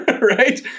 right